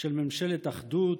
של ממשלת אחדות,